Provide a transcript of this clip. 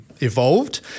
evolved